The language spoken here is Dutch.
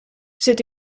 zit